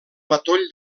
matoll